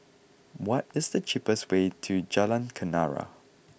what is the cheapest way to Jalan Kenarah